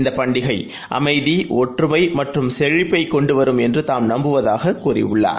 இந்தப் பண்டிகைஅமைதிஒற்றுமைமற்றும் செழிப்பைக் கொண்டுவரும் என்றுதாம் நம்புவதாககூறியுள்ளார்